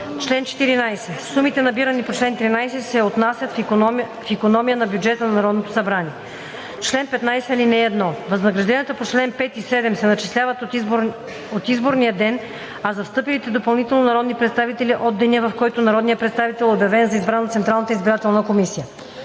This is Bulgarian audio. Чл. 14. Сумите, набирани по чл. 13, се отнасят в икономия на бюджета на Народното събрание. Чл. 15. (1) Възнагражденията по чл. 5 и 7 се начисляват от изборния ден, а за встъпилите допълнително народни представители – от деня, в който народният представител е обявен за избран от Централната избирателна комисия.